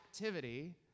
activity